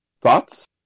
Thoughts